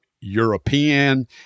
European